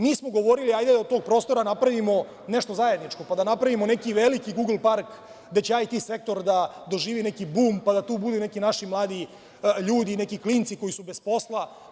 Mi smo govorili – hajde da od tog prostora napravimo nešto zajedničko, pa da napravimo neki veliki Gugl park gde će IT sektor da doživi neki bum, pa da tu budu neki naši mladi ljudi, neki klinci koji su bez posla.